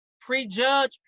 prejudge